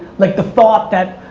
like the thought that,